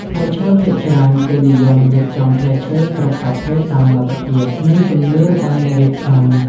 ផ្លែឈើភាគច្រើន គេនិយមរៀបចំផ្លែឈើគ្រប់ប្រភេទតាមលទ្ធភាព និងជំនឿរបស់អ្នករៀបចំ។